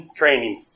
training